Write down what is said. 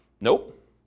Nope